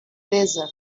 desert